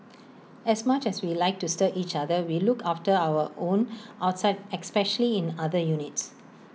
as much as we like to stir each other we look after our own outside especially in other units